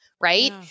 right